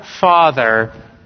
Father